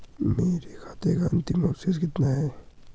मेरे खाते का अंतिम अवशेष कितना है?